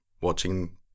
watching